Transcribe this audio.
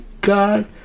God